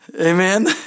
Amen